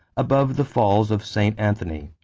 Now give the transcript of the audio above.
above the falls of st. anthony.